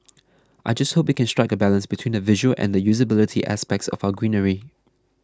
I just hope we can strike a balance between the visual and the usability aspects of our greenery